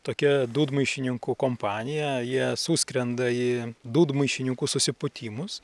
tokia dūdmaišininkų kompanija jie suskrenda į dūdmaišininkų susipūtimus